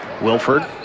Wilford